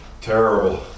Terrible